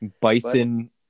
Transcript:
Bison